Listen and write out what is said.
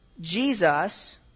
Jesus